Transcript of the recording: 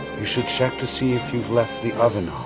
you should check to see if you've left the oven